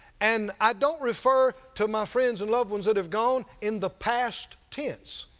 and i don't refer to my friends and loved ones that have gone in the past tense,